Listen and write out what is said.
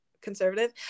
conservative